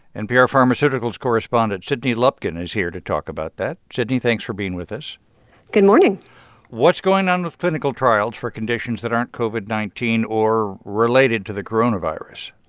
npr pharmaceuticals correspondent sydney lupkin is here to talk about that. sydney, thanks for being with us good morning what's going on with clinical trials for conditions that aren't covid nineteen or related to the coronavirus?